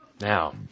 Now